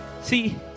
See